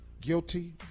guilty